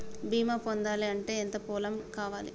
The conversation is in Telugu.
బీమా పొందాలి అంటే ఎంత పొలం కావాలి?